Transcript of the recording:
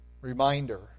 reminder